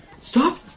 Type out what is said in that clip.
Stop